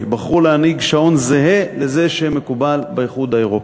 בחרו להנהיג שעון זהה לזה שמקובל באיחוד האירופי.